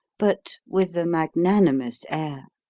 but with a magnanimous air,